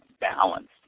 balanced